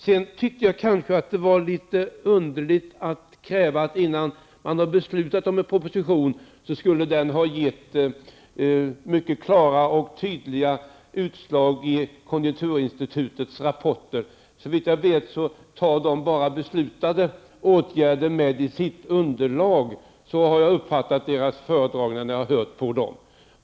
Sedan tyckte jag att det var litet underligt att kräva att en proposition, innan man har beslutat om den, skall ha gett mycket klara och tydliga utslag i konjunkturinstitutets rapport. Såvitt jag vet tar man bara med beslutade åtgärder i sitt underlag -- så har jag uppfattat konjunkturinstitutets föredragningar.